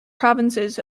provinces